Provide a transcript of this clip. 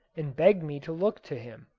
and begged me to look to him.